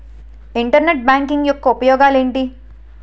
Internet banking యెక్క ఉపయోగాలు ఎంటి?